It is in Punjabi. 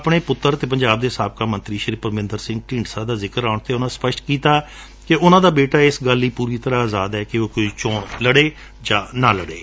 ਆਪਣੇ ਪੁੱਤਰ ਅਤੇ ਪੰਜਾਬ ਦੇ ਸਾਬਕਾ ਮੰਤਰੀ ਪਰਮਿੰਦਰ ਸਿੰਘ ਢੀਂਡਸਾ ਦਾ ਜ਼ਿਕਰ ਆਉਣ ਤੇ ਉਨੂਾਂ ਸਪਸ਼ਟ ਕੀਤਾ ਕਿ ਉਨੂਾਂ ਦਾ ਬੇਟਾ ਇਸ ਗੱਲ ਲਈ ਪੂਰੀ ਤਰੂਾਂ ਅਜ਼ਾਦ ਏ ਕਿ ਉਹ ਕੋਈ ਚੋਣ ਲੜੇ ਜਾਂ ਨਾ ਲੜੇ